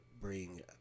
bring